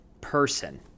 person